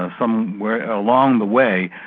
ah somewhere along the way.